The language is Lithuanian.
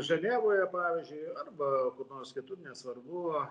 ženevoje pavyzdžiui arba kur nors kitur nesvarbu